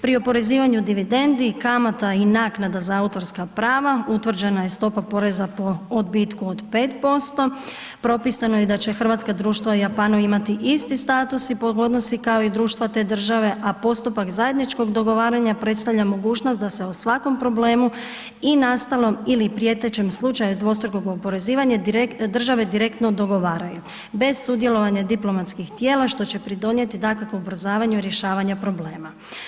Pri oporezivanju dividendi, kamata i naknada za autorska prava, utvrđena je stopa poreza po odbitku od 5%, propisano je da će hrvatska društva u Japanu imati isti status i pogodnosti kao i društva te države, a postupak zajedničkog dogovaranja predstavlja mogućnost da se o svakom problemu i nastalom ili prijetećem slučaju dvostrukog oporezivanja države direktno dogovaraju, bez sudjelovanja diplomatskih tijela, što će pridonijeti, dakako, ubrzavanju rješavanja problema.